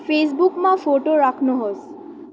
फेसबुकमा फोटो राख्नुहोस्